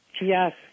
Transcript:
Yes